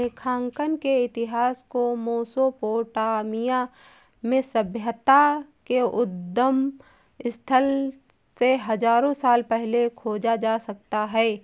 लेखांकन के इतिहास को मेसोपोटामिया में सभ्यता के उद्गम स्थल से हजारों साल पहले खोजा जा सकता हैं